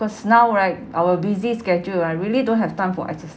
because now right our busy schedule I really don't have time for exer~